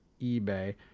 eBay